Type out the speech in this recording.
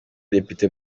depite